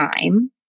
time